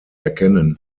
erkennen